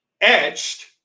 etched